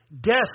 Death